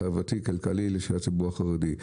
חברתי וכלכלי של הציבור החרדי,